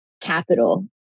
capital